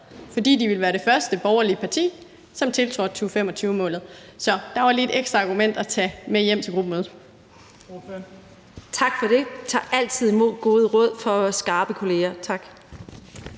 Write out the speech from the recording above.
fordi det ville være det første borgerlige parti, som tiltrådte 2025-målet. Så der var lige et ekstra argument at tage med hjem til gruppemødet. Kl. 17:49 Fjerde næstformand (Trine